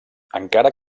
encara